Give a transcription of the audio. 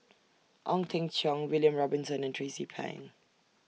Ong Teng Cheong William Robinson and Tracie Pang